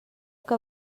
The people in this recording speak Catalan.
que